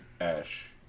ash